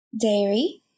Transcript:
dairy